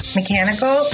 mechanical